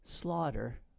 slaughter